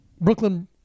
Brooklyn